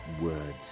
words